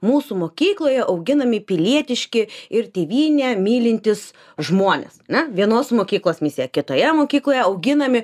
mūsų mokykloje auginami pilietiški ir tėvynę mylintys žmonės ne vienos mokyklos misija kitoje mokykloje auginami